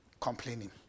complaining